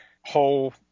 whole